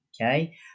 okay